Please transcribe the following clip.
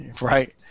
Right